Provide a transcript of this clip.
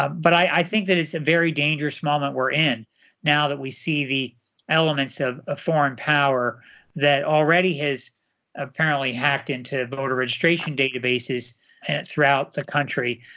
ah but i think that it's a very dangerous moment we're in now that we see the elements of a foreign power that already has apparently hacked into voter registration databases throughout the country,